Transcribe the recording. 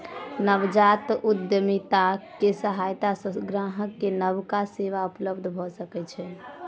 नवजात उद्यमिता के सहायता सॅ ग्राहक के नबका सेवा उपलब्ध भ सकै छै